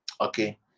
okay